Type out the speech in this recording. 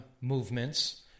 movements